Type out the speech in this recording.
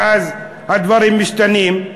ואז הדברים משתנים,